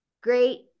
Great